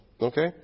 okay